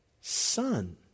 son